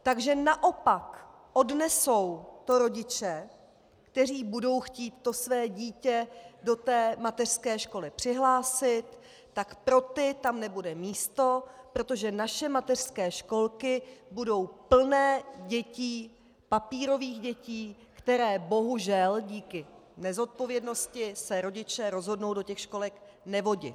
Takže naopak to odnesou rodiče, kteří budou chtít své dítě do mateřské školy přihlásit, tak pro ty tam nebude místo, protože naše mateřské školky budou plné dětí, papírových dětí, které bohužel díky nezodpovědnosti se rodiče rozhodnou do školek nevodit.